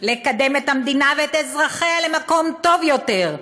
לקדם את המדינה ואת אזרחיה למקום טוב יותר,